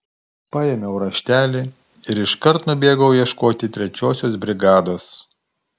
paėmiau raštelį ir iškart nubėgau ieškoti trečiosios brigados